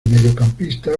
mediocampista